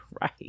right